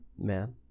man